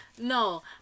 No